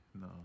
No